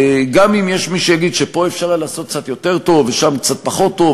גם אם יש מי שיגיד שפה אפשר היה לעשות קצת יותר טוב ושם קצת פחות טוב,